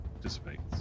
dissipates